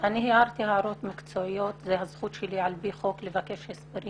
אני הערתי הערות מקצועיות וזאת הזכות שלי על פי חוק לבקש הסברים